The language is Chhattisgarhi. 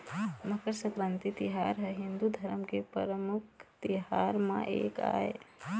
मकर संकरांति तिहार ह हिंदू धरम के परमुख तिहार म एक आय